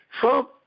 Trump